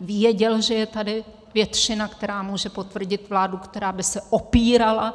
Věděl, že je tady většina, která může potvrdit vládu, která by se opírala